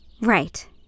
Right